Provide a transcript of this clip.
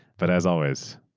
but as always,